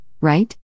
right